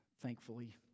thankfully